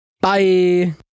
Bye